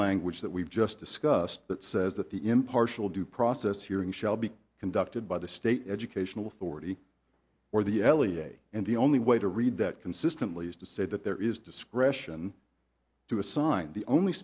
language that we've just discussed that says that the impartial due process hearing shall be conducted by the state educational authority or the l e a and the only way to read that consistently is to say that there is discretion to assign the only